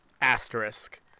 asterisk